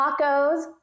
Tacos